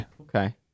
Okay